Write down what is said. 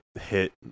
hit